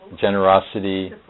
generosity